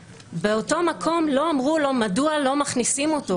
באותו מקום לא אמרו לו מדוע לא מכניסים אותו,